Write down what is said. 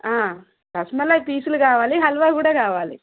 రసమలై పీసులు కావాలి హల్వా కూడా కావాలి